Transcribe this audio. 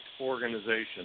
organization